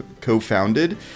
co-founded